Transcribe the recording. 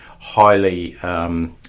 highly